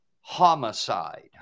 homicide